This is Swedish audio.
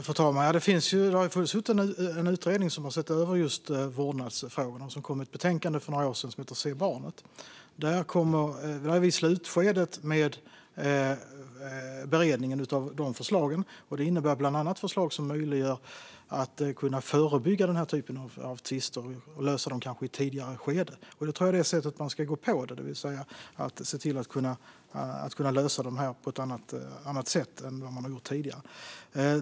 Fru talman! Det finns en utredning som har sett över just vårdnadsfrågor och som kom med ett betänkande för några år sedan. Det heter Se barnet! Vi är i slutskedet av beredningen av förslagen, och det innebär bland annat förslag som gör det möjligt att förebygga den typen av tvister och kanske lösa dem i ett tidigare skede. Jag tror att det är på det sättet man ska gå på detta, det vill säga se till att tvister kan lösas på ett annat sätt än tidigare.